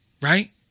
Right